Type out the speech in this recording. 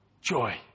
joy